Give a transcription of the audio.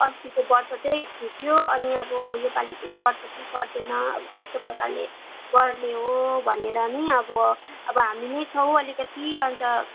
अस्तिको वर्ष चाहिँ छुट्यो अनि अब योपालि चाहिँ गर्छ कि गर्दैन अब कस्तो प्रकारले गर्ने हो भनेर नि अब अब हामी नै छौँ अलिकति अन्त